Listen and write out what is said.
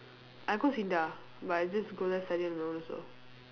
I go SINDA but I just go there study on my own also